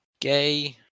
gay